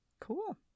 Cool